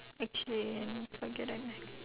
actually forget it